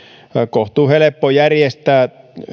kohtuu helppo järjestää